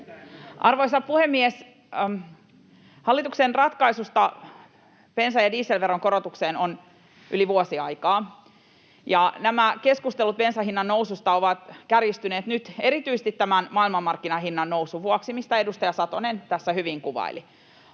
Arvoisa puhemies! Hallituksen ratkaisusta bensa‑ ja dieselveron korotukseen on yli vuosi aikaa, ja nämä keskustelut bensan hinnannoususta ovat kärjistyneet nyt erityisesti tämän maailmanmarkkinahinnan nousun vuoksi, mitä edustaja Satonen tässä hyvin kuvaili.